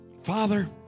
Father